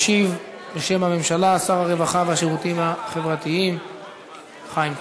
משיב בשם הממשלה שר הרווחה והשירותים החברתיים חיים כץ.